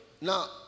Now